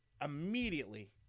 immediately